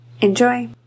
Enjoy